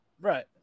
Right